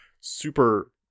super